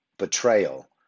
betrayal